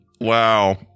wow